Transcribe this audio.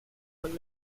when